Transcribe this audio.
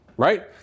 right